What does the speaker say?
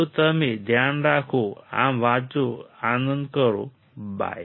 તો તમે ધ્યાન રાખો આ વાંચો અને આનંદ કરો બાય